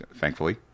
thankfully